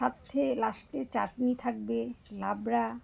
সাথে লাস্টে চাটনি থাকবে লাবড়া